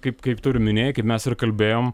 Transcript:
kaip kaip tu ir minėjai kaip mes ir kalbėjom